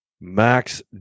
Max